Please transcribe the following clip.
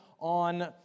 on